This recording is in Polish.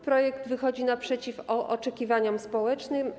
Projekt wychodzi naprzeciw oczekiwaniom społecznych.